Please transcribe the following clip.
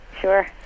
Sure